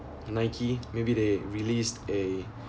nike maybe they released a